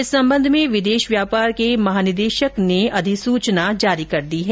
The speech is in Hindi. इस संबंध में विदेश व्यापार के महानिदेशक ने अधिसुचना जारी कर दी है